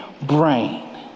brain